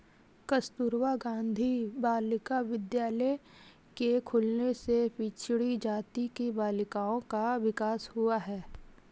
कस्तूरबा गाँधी बालिका विद्यालय के खुलने से पिछड़ी जाति की बालिकाओं का विकास हुआ है